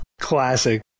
classic